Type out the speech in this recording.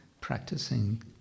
practicing